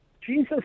Jesus